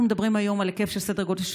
אנחנו מדברים היום על סדר גודל של